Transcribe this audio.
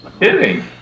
kidding